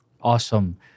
Awesome